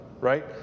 right